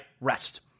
rest